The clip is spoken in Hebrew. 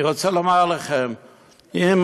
אני רוצה לומר לכם, אם